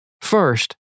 First